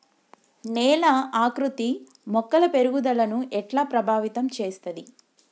నేల ఆకృతి మొక్కల పెరుగుదలను ఎట్లా ప్రభావితం చేస్తది?